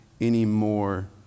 anymore